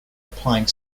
applying